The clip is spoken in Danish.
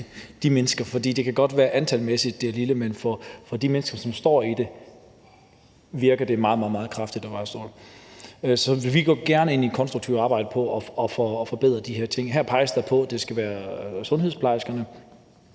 det kan godt være, at antallet er lille, men for de mennesker, som står i det, virker det meget, meget kraftigt og meget stort. Så vi går gerne ind i et konstruktivt arbejde om at få forbedret de her ting. Her peges der på, at det skal være sundhedsplejerskerne,